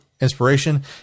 inspiration